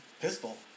pistol